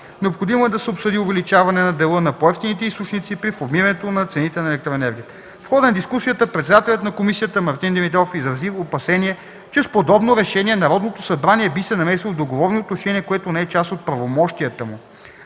Необходимо е да се обсъди увеличаване на дела на по евтините източници при формирането на цените на електроенергията. В хода на дискусията председателят на комисията Мартин Димитров изрази опасение, че с подобно решение Народното събрание би се намесило в договорни отношения, което не е част от правомощията му.